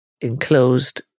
enclosed